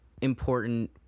important